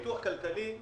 פיתוח כלכלי.